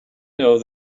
know